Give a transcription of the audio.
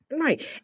Right